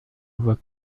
voit